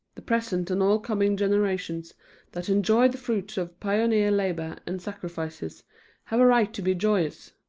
the present and all coming generations that enjoy the fruits of pioneer labor and sacrifices have a right to be joyous.